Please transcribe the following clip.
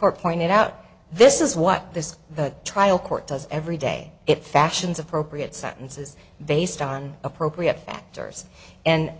more pointed out this is what this the trial court does every day it fashions appropriate sentences based on appropriate factors and